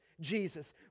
Jesus